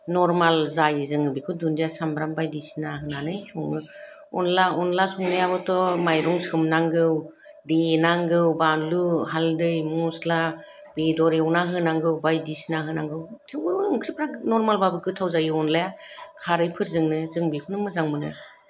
normal जायो जोङो बेखौ दुन्दिया सामब्राम बायदिसिना होनानै सङो अनला अनला संनायाबोथ' माइरं सोमनांगौ देनांगौ बानलु हाल्दै मसला बेदर एवना होनांगौ बायदिसिना होनांगौ थेवबो ओंख्रिफोरा नर्मालबाबो गोथाव जायो अनलाया खारै फोरजोंनो जों बेखौनो मोजां मोनो